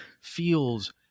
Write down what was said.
feels